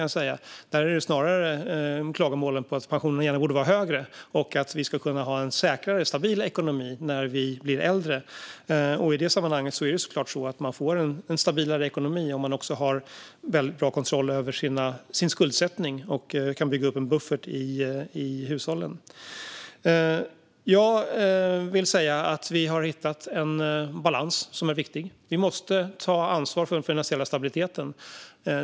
Jag hör snarare klagomål på att pensionerna borde vara högre och att man borde ha en säkrare och mer stabil ekonomi när man blir äldre. Givetvis får man en stabilare ekonomi om man har god kontroll över sin skuldsättning och kan bygga upp en buffert i hushållet. Vi har hittat en viktig balans. Vi måste ta ansvar för den finansiella stabiliteten.